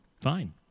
fine